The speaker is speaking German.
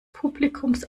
publikums